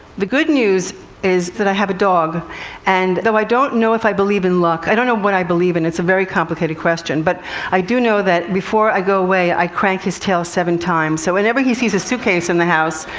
the good news is that i have a dog and, though i don't know if i believe in luck i don't know what i believe in, it's a very complicated question, but i do know that before i go away, i crank his tail seven times. so, whenever he sees a suitcase in the house,